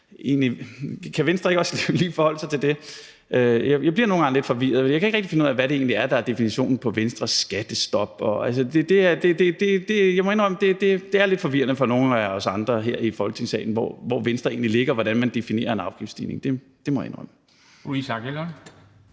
Kan Venstre ikke også lige forholde sig til det? Jeg bliver nogle gange lidt forvirret – jeg kan ikke rigtig finde ud af, hvad det egentlig er, der er definitionen på Venstres skattestop. Jeg må indrømme, at det er lidt forvirrende for nogle af os andre her i Folketingssalen, hvor Venstre egentlig ligger, og hvordan man definerer en afgiftsstigning. Det må jeg indrømme.